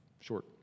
Short